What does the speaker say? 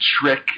trick